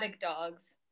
dogs